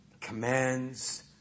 commands